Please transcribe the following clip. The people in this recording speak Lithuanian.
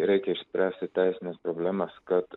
reikia išspręsti teisines problemas kad